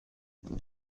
three